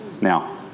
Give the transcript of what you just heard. Now